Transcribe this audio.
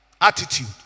attitude